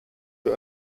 für